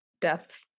death